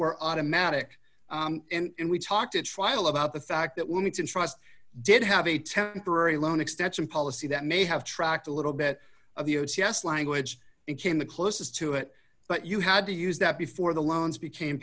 were automatic and we talked at trial about the fact that we need to trust did have a temporary loan extension policy that may have tracked a little bit of the o c s language it came the closest to it but you had to use that before the loans became